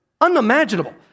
Unimaginable